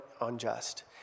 unjust